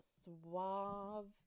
suave